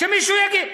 שמישהו יגיד.